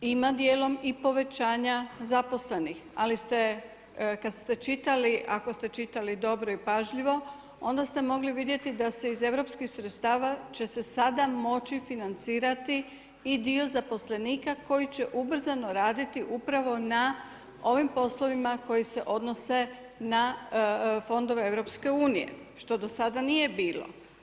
Ima dijelom i povećanja zaposlenih, ali ste kada ste čitali, ako ste čitali dobro i pažljivo onda ste mogli vidjeti da se iz europskih sredstava će se sada moći financirati i dio zaposlenika koji će ubrzano raditi upravo na ovim poslovima koji se odnose na fondove EU, što do sada nije bilo.